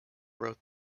wrote